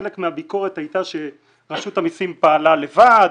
חלק מהביקורת היתה שרשות המסים פעלה לבד,